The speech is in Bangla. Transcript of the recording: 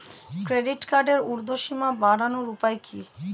ক্রেডিট কার্ডের উর্ধ্বসীমা বাড়ানোর উপায় কি?